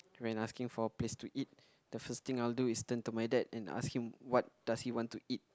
when asking for a place to eat the first thing I'll do is turn to my dad and ask him what does he want to eat